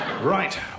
Right